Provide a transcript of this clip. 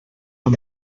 amb